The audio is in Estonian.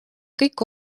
kõik